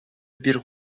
бир